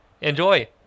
Enjoy